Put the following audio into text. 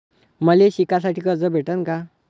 मले शिकासाठी कर्ज भेटन का?